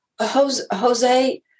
Jose